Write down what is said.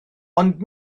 ond